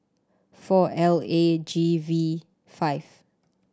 four L A G V five